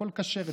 הכול כשר אצלם.